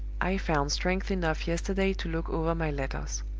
i found strength enough yesterday to look over my letters.